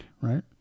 right